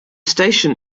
station